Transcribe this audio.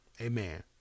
amen